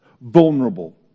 Vulnerable